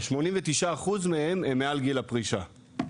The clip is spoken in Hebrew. ו-89% הם מעל גיל הפרישה,